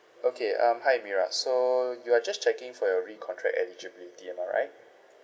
okay um hi mira so you are just checking for your re-contract eligibility am I right